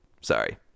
Sorry